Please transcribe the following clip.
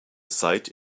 site